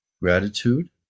gratitude